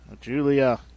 Julia